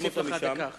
אני מוסיף לך דקה עכשיו.